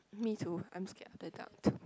me too I'm scared of the dark too